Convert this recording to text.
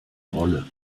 rolle